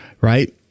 right